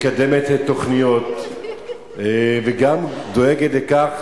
מקדמת תוכניות וגם דואגת לכך